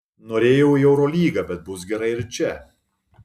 norėjau į eurolygą bet bus gerai ir čia